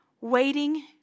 Waiting